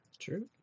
true